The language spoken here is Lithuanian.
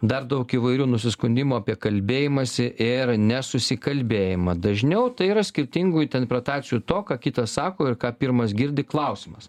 dar daug įvairių nusiskundimų apie kalbėjimąsi ir nesusikalbėjimą dažniau tai yra skirtingų interpretacijų to ką kitas sako ir ką pirmas girdi klausimas